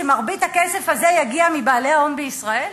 ומרבית הכסף הזה תגיע מבעלי ההון בישראל.